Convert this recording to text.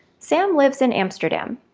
sam lives in amsterdam.